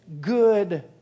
good